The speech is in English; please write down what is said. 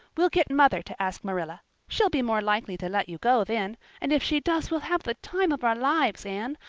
we'll get mother to ask marilla. she'll be more likely to let you go then and if she does we'll have the time of our lives, anne.